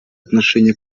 отношение